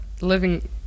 living